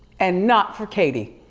and not for katy.